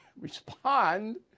respond